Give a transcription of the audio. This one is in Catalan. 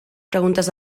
preguntes